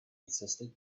insisted